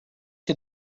que